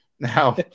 Now